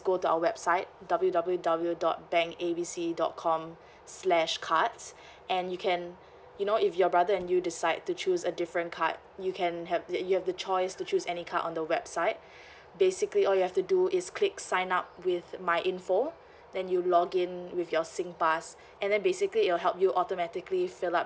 go to our website W_W_W dot bank A B C dot com slash cards and you can you know if your brother and you decide to choose a different card you can have t~ you have two choice to choose any card on the website basically all you have to do is click sign up with my info then you login with your singpass and then basically it'll help you automatically fill up